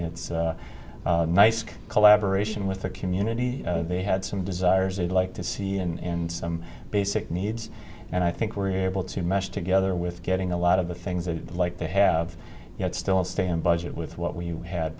its nice collaboration with the community they had some desires they'd like to see in some basic needs and i think we're able to mesh together with getting a lot of the things that like they have you know still stay in budget with what we had